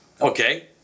okay